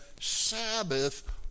Sabbath